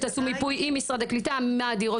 שתעשו מיפוי עם משרד הקליטה מהן הדירות